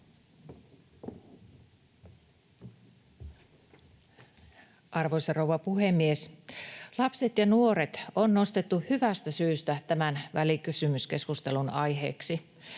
Arvoisa rouva puhemies! Lapset ja nuoret on nostettu hyvästä syystä tämän välikysymyskeskustelun aiheeksi.